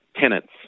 tenants